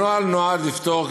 הנוהל נועד לפתור,